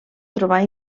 trobar